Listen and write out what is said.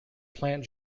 plant